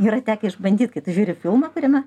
yra tekę išbandyt kai tu žiūri filmą kuriame